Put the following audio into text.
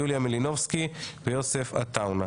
יוליה מלינובסקי ויוסף עטאונה.